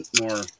more